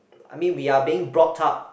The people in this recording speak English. I mean we are being brought up